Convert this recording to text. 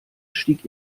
stieg